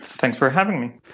thanks for having me.